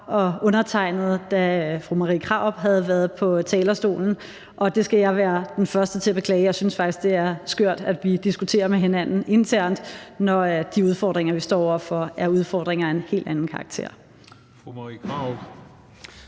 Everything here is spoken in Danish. og undertegnede, da fru Marie Krarup havde været på talerstolen, og det skal jeg være den første til at beklage. Jeg synes faktisk, det er skørt, at vi diskuterer med hinanden internt, når de udfordringer, vi står over for, er udfordringer af en helt anden karakter.